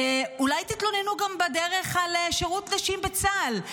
אולי תתלוננו בדרך גם על שירות נשים בצה"ל.